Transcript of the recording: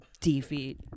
defeat